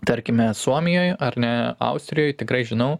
tarkime suomijoj ar ne austrijoj tikrai žinau